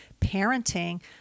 parenting